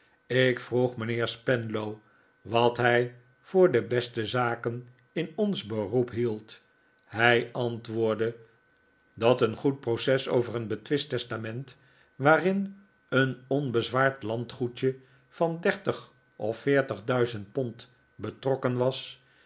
ik vroeg mijnheer spenlow wat hij voor de beste zaken in ons beroep hield hij antwoordde dat een goed proces over een betwist testament waarin een onbezwaard landgoedje van dertig of veertig duizend pond betrokken was